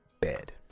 bed